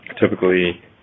typically